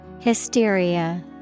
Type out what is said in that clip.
Hysteria